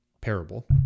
parable